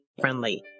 friendly